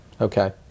Okay